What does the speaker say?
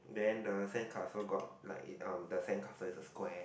then the sandcastle got like it um the sandcastle is a square